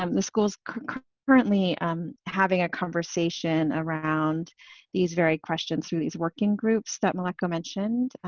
um the schools currently um having a conversation around these very questions through these working groups that meleko mentioned